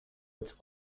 its